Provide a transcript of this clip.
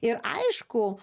ir aišku